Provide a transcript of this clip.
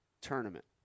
tournament